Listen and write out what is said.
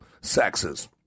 sexes